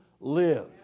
live